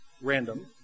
random